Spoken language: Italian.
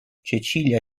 cecilia